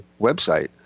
website